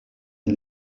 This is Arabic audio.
ذلك